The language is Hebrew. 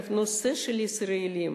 הנושא של ישראלים